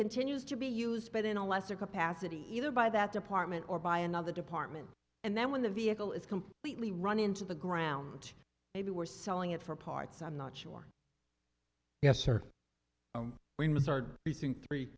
continues to be used but in a lesser capacity either by that department or by another department and then when the vehicle is completely run into the ground maybe we're selling it for parts i'm not sure yes or we miss our missing three